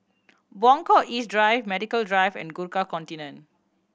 Buangkok East Drive Medical Drive and Gurkha Contingent